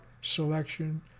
selection